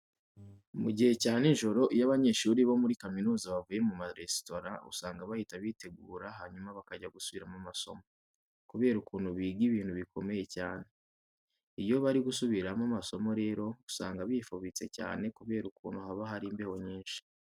Mu gihe cya nijoro iyo abanyeshuri bo muri kaminuza bavuye mu maresitora, usanga bahita bitegura hanyuma bakajya gusubiramo amasomo, kubera ukuntu biga ibintu bikomeye cyane. Iyo bari gusubiramo amasomo rero usanga bifubitse cyane kubera ukuntu haba hari imbeho nyinshi.